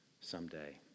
someday